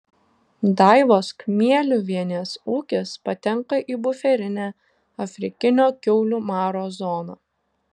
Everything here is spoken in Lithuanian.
daivos kmieliuvienės ūkis patenka į buferinę afrikinio kiaulių maro zoną